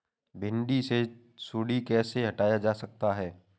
भिंडी से सुंडी कैसे हटाया जा सकता है?